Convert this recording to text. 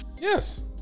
yes